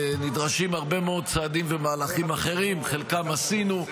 ונדרשים הרבה מאוד צעדים ומהלכים אחרים חלקם עשינו,